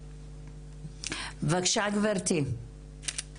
בבקשה גברתי.